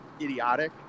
idiotic